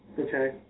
Okay